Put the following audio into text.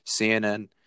CNN